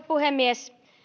puhemies